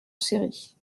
série